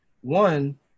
One